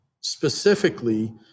specifically